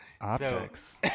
Optics